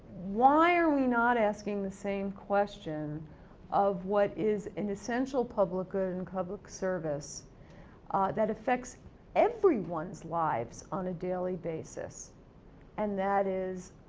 why are we not asking the same question of what is an essential public good and public service that effects everyone's lives on a daily basis and that is,